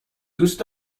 دوست